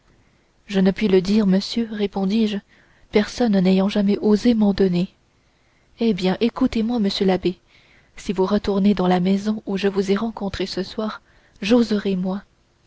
je ne puis le dire monsieur répondis-je personne n'ayant jamais osé m'en donner eh bien écoutez-moi monsieur l'abbé si vous retournez dans la maison où je vous ai rencontré ce soir j'oserai moi